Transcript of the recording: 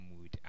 mood